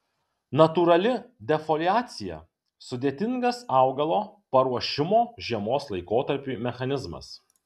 natūrali defoliacija sudėtingas augalo paruošimo žiemos laikotarpiui mechanizmas